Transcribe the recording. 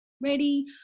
ready